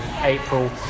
April